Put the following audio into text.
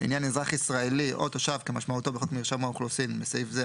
לעניין אזרח ישראלי או תושב כמשמעותו בחוק מרשם האוכלוסין (בסעיף זה,